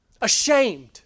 ashamed